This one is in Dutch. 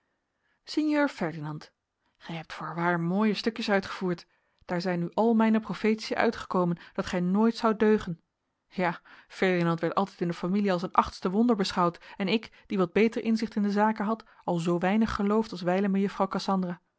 sinjeur ferdinand gij hebt voorwaar mooie stukjes uitgevoerd daar zijn nu al mijne profetiën uitgekomen dat gij nooit zoudt deugen ja ferdinand werd altijd in de familie als een achtste wonder beschouwd en ik die wat beter inzicht in de zaken had al zoo weinig geloofd als wijlen mejuffrouw cassandra